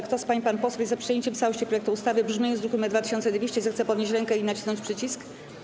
Kto z pań i panów posłów jest za przyjęciem w całości projektu ustawy w brzmieniu z druku nr 2200, zechce podnieść rękę i nacisnąć przycisk.